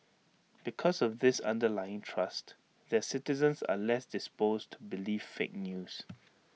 because of this underlying trust their citizens are less disposed to believe fake news